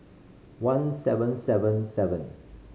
one seven seven seven